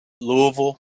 Louisville